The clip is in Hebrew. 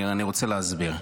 אני רוצה להסביר.